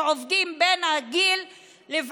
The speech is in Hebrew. שעובדים בגיל 17,